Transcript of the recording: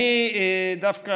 דווקא,